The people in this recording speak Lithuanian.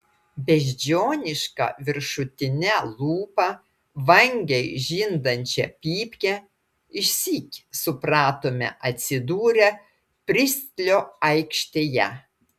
beždžioniška viršutine lūpa vangiai žindančią pypkę išsyk supratome atsidūrę pristlio aikštėje